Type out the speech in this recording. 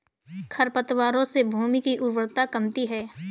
खरपतवारों से भूमि की उर्वरता कमती है